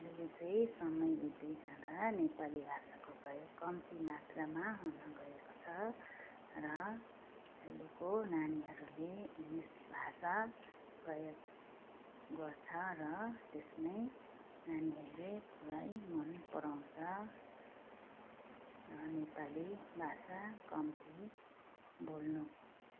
अहिले चाहिँ समय बित्दै जाँदा नेपाली भाषाको प्रयोग कम्ती मात्रामा हुनगएको छ र अहिलेको नानीहरूले इङ्गलिस भाषा प्रायः गर्छ र त्यसमै नानीहरूले पुरै मन पराउँछ नेपाली भाषा कम्ती बोल्न